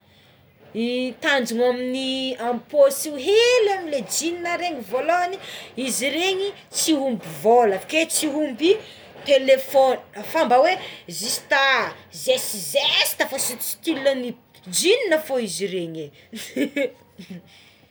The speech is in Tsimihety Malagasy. I ny tanjona amigny amigny posia jeans hely voalohagny izy regny tsy omby vola ke tsy omby telefogna fa mba hoe zista zeszesta fogna stilstily jeans fogna izy io regny é.